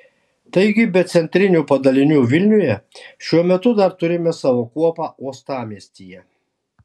taigi be centrinių padalinių vilniuje šiuo metu dar turime savo kuopą uostamiestyje